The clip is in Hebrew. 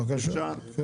לדבר בקצרה עליו.